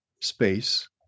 space